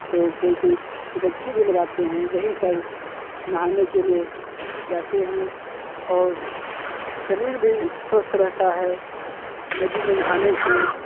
तो कोई कोई डुबक्की भी लगाते हैं यही सब नहाने के लिए जाते हैं और शरीर भी स्वस्थ रहता है नदी में नहाने से